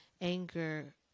Anger